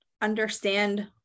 understand